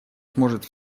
сможет